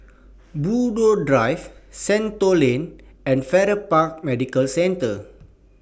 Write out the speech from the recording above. Buroh Drive Shenton Lane and Farrer Park Medical Centre